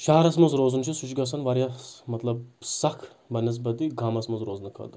شہرَس منٛز روزُن چھُ سُہ چھُ گژھَان واریاہ مطلب سخ بَنِسبَتہِ گامَس منٛز روزنہٕ خٲطرٕ